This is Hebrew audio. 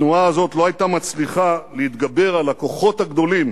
התנועה הזאת לא היתה מצליחה להתגבר על הכוחות הגדולים